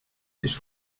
sich